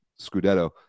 scudetto